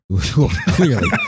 clearly